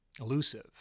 elusive